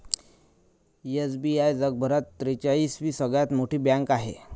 SBI जगभरात त्रेचाळीस वी सगळ्यात मोठी बँक आहे